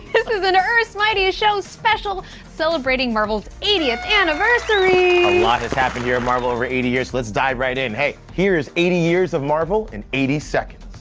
this is an earth's mightiest show special celebrating marvel's eightieth anniversary. a lot has happened here at marvel over eighty years, so let's dive right in. hey, here is eighty years of marvel in eighty seconds.